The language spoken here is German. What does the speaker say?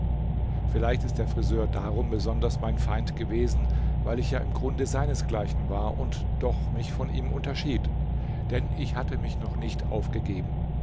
vielleicht ist der friseur darum besonders mein feind gewesen weil ich ja im grunde seinesgleichen war und doch mich von ihm unterschied denn ich hatte mich noch nicht aufgegeben